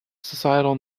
societal